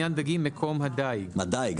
הדייג,